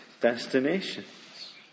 destinations